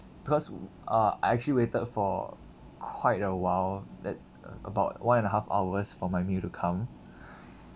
because uh I actually waited for quite a while that's about one and a half hours for my meal to come